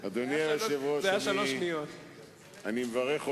ואני זוכר את השנים האלה, שאני לפחות